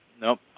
Nope